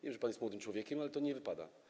Wiem, że pan jest młodym człowiekiem, ale nie wypada.